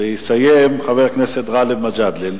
ויסיים חבר הכנסת גאלב מג'אדלה.